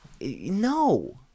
no